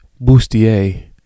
bustier